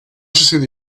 should